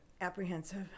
apprehensive